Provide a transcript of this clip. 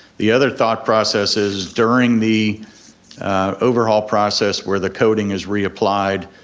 the other thought process is during the overhaul process where the coating is reapplied,